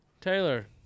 Taylor